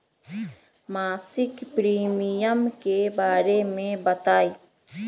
मासिक प्रीमियम के बारे मे बताई?